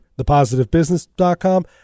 thepositivebusiness.com